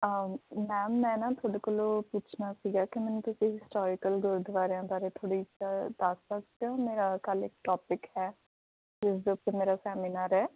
ma'am ਮੈਂ ਨਾ ਤੁਹਾਡੇ ਕੋਲੋਂ ਪੁੱਛਣਾ ਸੀਗਾ ਕਿ ਮੈਨੂੰ ਤੁਸੀਂ ਹਿਸਟੋਰੀਕਲ ਗੁਰਦੁਆਰਿਆਂ ਬਾਰੇ ਥੋੜ੍ਹੀ ਜਿਹਾ ਦੱਸ ਸਕਦੇ ਹੋ ਮੇਰਾ ਕੱਲ੍ਹ ਇੱਕ ਟੋਪਿਕ ਹੈ ਜਿਸਦੇ ਉੱਪਰ ਮੇਰਾ ਸੈਮੀਨਾਰ ਹੈ